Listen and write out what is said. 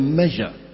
measure